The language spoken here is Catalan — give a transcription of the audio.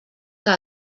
que